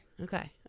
Okay